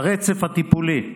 הרצף הטיפולי.